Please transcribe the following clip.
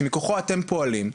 זה שמכוחו אתם פועלים,